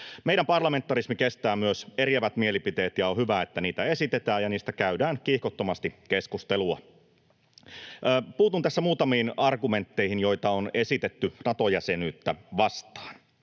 Meidän parlamentarismimme kestää myös eriävät mielipiteet, ja on hyvä, että niitä esitetään ja niistä käydään kiihkottomasti keskustelua. Puutun tässä muutamiin argumentteihin, joita on esitetty Nato-jäsenyyttä vastaan.